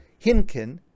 Hinkin